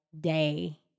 day